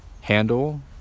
handle